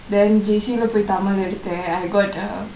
then J_C போய்:poi tamil எடுத்தேன்:eduthen I got a